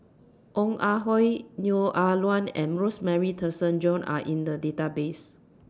Ong Ah Hoi Neo Ah Luan and Rosemary Tessensohn Are in The Database